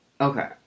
okay